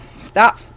Stop